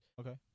Okay